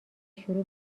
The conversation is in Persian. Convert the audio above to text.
شروع